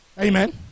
Amen